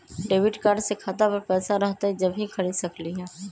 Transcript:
Debit card से खाता पर पैसा रहतई जब ही खरीद सकली ह?